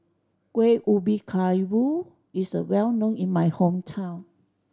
Kueh Ubi Kayu is well known in my hometown